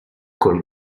col